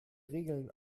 regeln